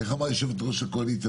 איך אמרה יושבת-ראש הקואליציה?